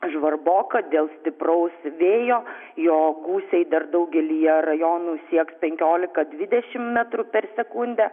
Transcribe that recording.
žvarboka dėl stipraus vėjo jo gūsiai dar daugelyje rajonų sieks penkiolika dvidešimt metrų per sekundę